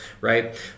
right